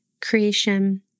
creation